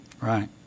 right